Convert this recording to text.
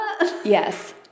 yes